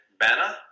banner